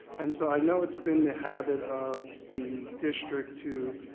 and so i know it's been the habit of the district to